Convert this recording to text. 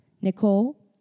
Nicole